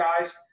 guys